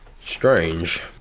Strange